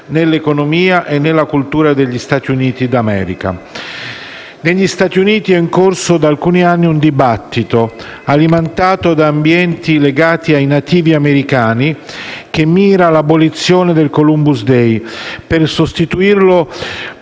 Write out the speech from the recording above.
nell'economia e nella cultura degli Stati Uniti d'America. Negli Stati Uniti è in corso da alcuni anni un dibattito, alimentato da ambienti legati ai nativi americani, che mira all'abolizione del Columbus day, per sostituirlo